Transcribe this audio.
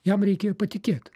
jam reikėjo patikėt